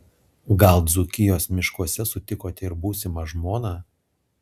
gal dzūkijos miškuose sutikote ir būsimą žmoną